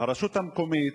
הרשות המקומית,